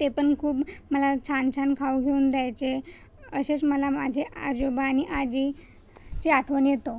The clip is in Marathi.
ते पण खूप मला छान छान खाऊ घेऊन द्यायचे असेच मला माझे आजोबा आणि आजीची आठवण येतो